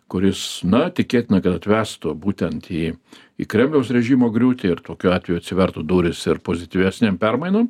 kuris na tikėtina kad atvestų būtent į į kremliaus režimo griūtį ir tokiu atveju atsivertų durys ir pozityvesnėm permainom